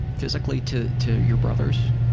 physically to to your brothers?